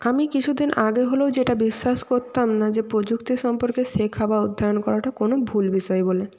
আমি কিছুদিন আগে হলেও যেটা বিশ্বাস করতাম না যে প্রযুক্তি সম্পর্কে শেখা বা অধ্যায়ন করাটা কোনও ভুল বিষয় বলে